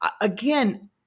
Again